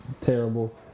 terrible